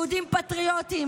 יהודים פטריוטים,